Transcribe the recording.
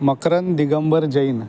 Makarand Digambar Jain